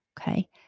Okay